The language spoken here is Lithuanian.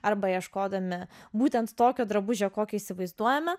arba ieškodami būtent tokio drabužio kokį įsivaizduojame